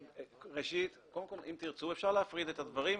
ראשית, אם תרצו, אפשר להפריד את הדברים.